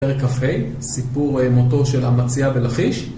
פרק כה, סיפור מותו של אמציה בלכיש